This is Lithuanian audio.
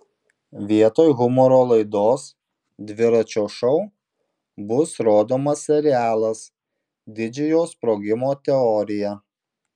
vietoj humoro laidos dviračio šou bus rodomas serialas didžiojo sprogimo teorija